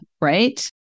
Right